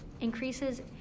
increases